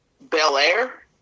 bel-air